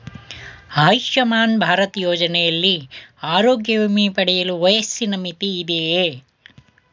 ಆಯುಷ್ಮಾನ್ ಭಾರತ್ ಯೋಜನೆಯಲ್ಲಿ ಆರೋಗ್ಯ ವಿಮೆ ಪಡೆಯಲು ವಯಸ್ಸಿನ ಮಿತಿ ಇದೆಯಾ?